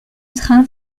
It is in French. train